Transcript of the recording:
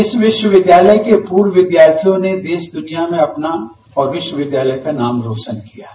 इस विश्वविद्यालय के प्रर्व विद्यार्थियों ने देश दुनिया में अपना और विश्वविद्यालय का नाम रौशन किया है